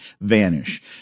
vanish